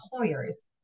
employers